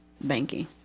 banking